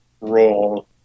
role